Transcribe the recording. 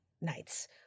nights